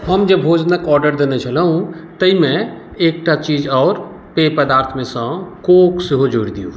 हम जे भोजनक ऑर्डर देने छलहुँ ताहिमे एकटा चीज आओर पेय पदार्थमेसंँ कोक सेहो जोड़ि दिऔ